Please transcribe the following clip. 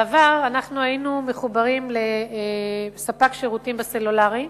בעבר אנחנו היינו מחוברים לספק שירותים בסלולרי,